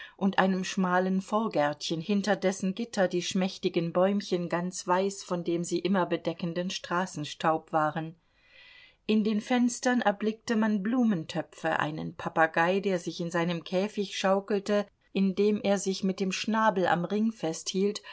und einem schmalen vorgärtchen hinter dessen gitter die schmächtigen bäumchen ganz weiß von dem sie immer bedeckenden straßenstaub waren in den fenstern erblickte man blumentöpfe einen papagei der sich in seinem käfig schaukelte indem er sich mit dem schnabel am ring festhielt